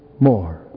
More